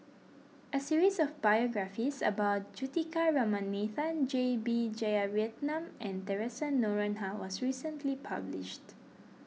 a series of biographies about Juthika Ramanathan J B Jeyaretnam and theresa Noronha was recently published